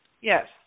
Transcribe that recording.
Yes